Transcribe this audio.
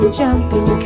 jumping